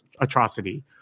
atrocity